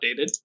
updated